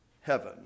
heaven